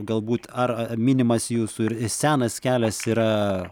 galbūt ar ar minimas jūsų ir senas kelias yra